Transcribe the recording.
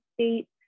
state